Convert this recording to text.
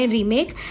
remake